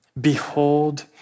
Behold